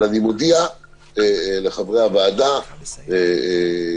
אבל אני מודיע לחברי הוועדה ולייעוץ